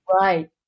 Right